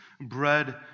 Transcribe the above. bread